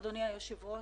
אדוני היושב-ראש,